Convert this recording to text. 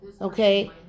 Okay